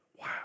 Wow